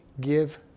give